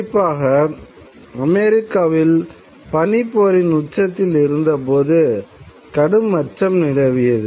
குறிப்பாக அமெரிக்காவிற்குள் பனிப்போரின் உச்சத்தில் இருந்தபோது கடும் அச்சம் நிலவியது